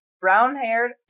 brown-haired